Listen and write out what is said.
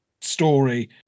story